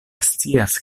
scias